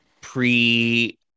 pre